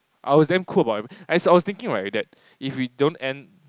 I was damn cool about I was thinking right if that if we don't end